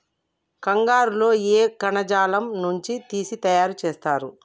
కంగారు లో ఏ కణజాలం నుండి తీసి తయారు చేస్తారు?